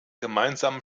gemeinsame